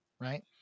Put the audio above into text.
right